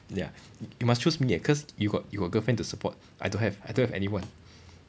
ya you must choose me eh cause you got you got girlfriend to support I don't have I don't have anyone